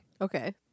Okay